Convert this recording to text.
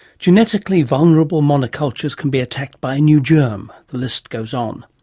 genetically vulnerable monocultures can be attacked by a new germ. the list goes on.